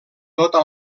tota